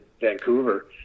Vancouver